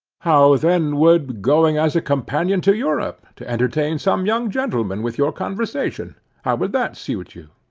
how then would going as a companion to europe, to entertain some young gentleman with your conversation how would that suit you?